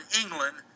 England